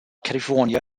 california